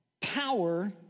power